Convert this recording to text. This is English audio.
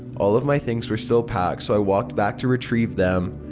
all of my things were still packed so i walked back to retrieve them.